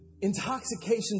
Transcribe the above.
intoxication